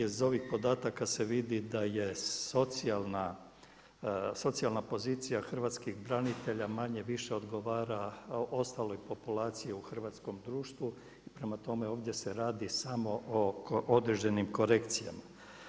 Iz ovih podataka se vidi da je socijalna pozicija hrvatskih branitelja manje-više odgovara ostaloj populaciji u hrvatskom društvu i prema tome ovdje se radi samo o određenim korekcijama.